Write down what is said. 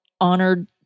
honored